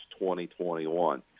2021